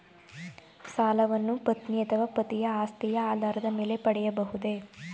ಸಾಲವನ್ನು ಪತ್ನಿ ಅಥವಾ ಪತಿಯ ಆಸ್ತಿಯ ಆಧಾರದ ಮೇಲೆ ಪಡೆಯಬಹುದೇ?